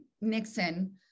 Nixon